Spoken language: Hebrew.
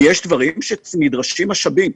ויש דברים שכן דורשים משאבים.